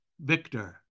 Victor